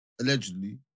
allegedly